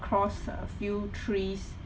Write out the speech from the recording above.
across a few trees